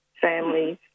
families